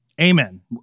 Amen